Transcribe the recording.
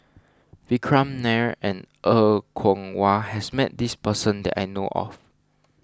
Vikram Nair and Er Kwong Wah has met this person that I know of